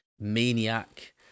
maniac